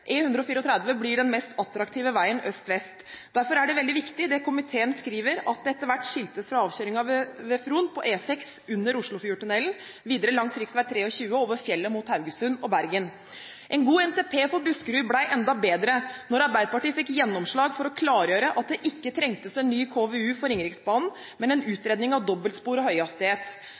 et ekstra tunnelløp på E134, Strømsåstunnelen, og flere prosjekter blir fullført langs veien. E134 blir den mest attraktive veien øst–vest. Derfor er det veldig viktig, som komiteen skriver, at det etter hvert skiltes fra avkjøringen ved Fron på E6, under Oslofjordtunnelen, videre langs rv. 23 og over fjellet mot Haugesund og Bergen. En god NTP for Buskerud ble enda bedre da Arbeiderpartiet fikk gjennomslag for å klargjøre at det ikke trengtes en ny KVU for Ringeriksbanen, men en utredning av dobbeltspor og høyhastighet.